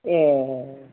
ए